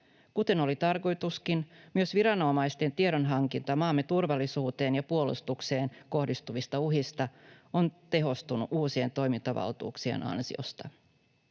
Kuten oli tarkoituskin, myös viranomaisten tiedonhankinta maamme turvallisuuteen ja puolustukseen kohdistuvista uhista on tehostunut uusien toimivaltuuksien ansiosta.